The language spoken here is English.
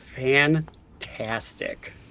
Fantastic